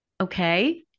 okay